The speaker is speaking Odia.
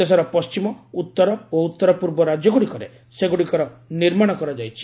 ଦେଶର ପଶ୍ଚିମ ଉତ୍ତର ଓ ଉତ୍ତର ପୂର୍ବ ରାଜ୍ୟଗୁଡ଼ିକରେ ସେଗୁଡ଼ିକର ନିର୍ମାଣ କରାଯାଇଛି